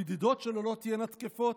המדידות שלו לא תהיינה תקפות.